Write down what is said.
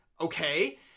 okay